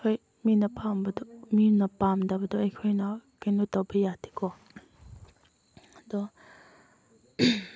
ꯍꯣꯏ ꯃꯤꯅ ꯄꯥꯝꯕꯗꯨ ꯃꯤꯅ ꯄꯥꯝꯗꯕꯗꯨ ꯑꯩꯈꯣꯏꯅ ꯀꯩꯅꯣ ꯇꯧꯕ ꯌꯥꯗꯦꯀꯣ ꯑꯗꯣ